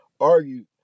argued